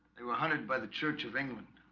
they were hunted by the church of england